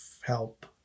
help